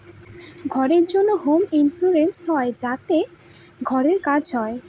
ঘরের জন্য home insurance হয় যাতে ঘরের কাজ হয়